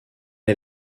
est